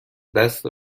دست